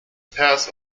pairs